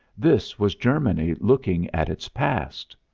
this was germany looking at its past.